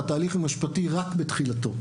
התהליך המשפטי רק בתחילתו,